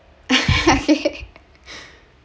okay